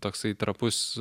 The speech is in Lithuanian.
toksai trapus